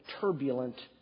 turbulent